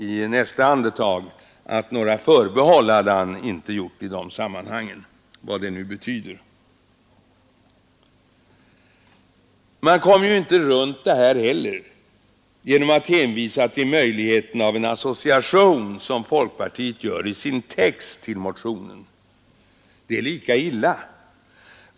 I nästa andetag angav han att han inte hade gjort några förbehåll i de sammanhangen, vad nu detta kan betyda Man kommer ju inte runt detta heller genom att som folkpartiet gör i sin text till motionen hänvisa till möjligheten av en association. Det är lika illa.